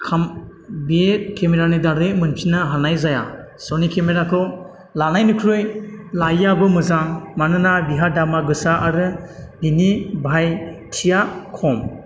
खाम बि केमेरानि दारै मोनफिन्नो हानाय जाया सनि केमेराखौ लानायनिख्रुइ लायैआबो मोजां मानोना बिहा दामा गोसा आरो बिनि बाहायथिया खम